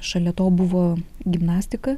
šalia to buvo gimnastika